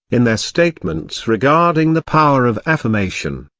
in their statements regarding the power of affirmation,